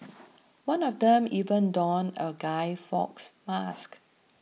one of them even donned a Guy Fawkes mask